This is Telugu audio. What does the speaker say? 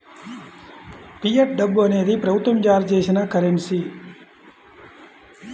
ఫియట్ డబ్బు అనేది ప్రభుత్వం జారీ చేసిన కరెన్సీ